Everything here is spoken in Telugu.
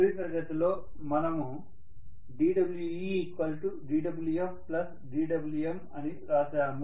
చివరి తరగతిలో మనము dWe dWf dWm అని రాశాము